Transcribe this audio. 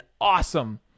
awesome